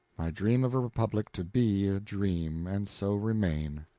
my dream of a republic to be a dream, and so remain.